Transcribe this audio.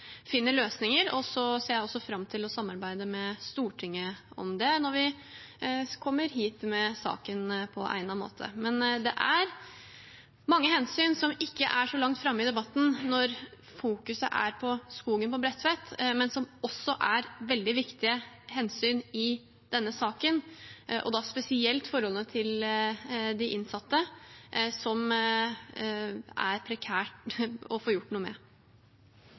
løsninger, og så ser jeg også fram til å samarbeide med Stortinget om det når vi kommer hit med saken på egnet måte. Men det er mange hensyn som ikke er så langt framme i debatten når skogen på Bredtvet er det som er i fokus, men som også er veldig viktige hensyn i denne saken, og da spesielt forholdene til de innsatte, som det er prekært å få gjort noe med.